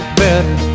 better